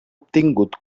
obtingut